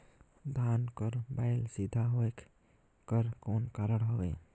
धान कर बायल सीधा होयक कर कौन कारण हवे?